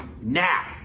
now